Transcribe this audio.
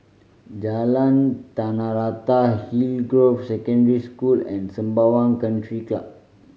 Jalan Tanah Rata Hillgroves Secondary School and Sembawang Country Club